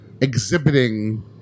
exhibiting